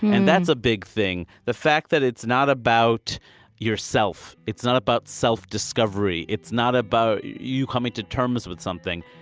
and that's a big thing, the fact that it's not about yourself. it's not about self-discovery. it's not about you coming to terms with something.